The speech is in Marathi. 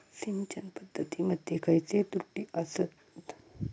सिंचन पद्धती मध्ये खयचे त्रुटी आसत?